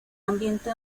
ambiente